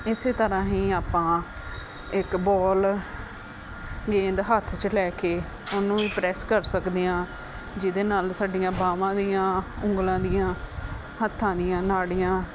ਇਸੇ ਤਰ੍ਹਾਂ ਹੀ ਆਪਾਂ ਇੱਕ ਬੋਲ ਗੇਂਦ ਹੱਥ 'ਚ ਲੈ ਕੇ ਉਹਨੂੰ ਪ੍ਰੈਸ ਕਰ ਸਕਦੇ ਹਾਂ ਜਿਹਦੇ ਨਾਲ ਸਾਡੀਆਂ ਬਾਹਾਂ ਦੀਆਂ ਉਂਗਲਾਂ ਦੀਆਂ ਹੱਥਾਂ ਦੀਆਂ ਨਾੜੀਆਂ